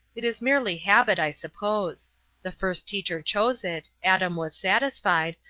it is merely habit, i suppose the first teacher chose it, adam was satisfied,